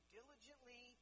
diligently